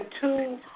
two